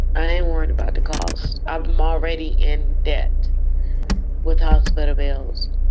i am worried about the cost. i'm already in debt with hospital bills.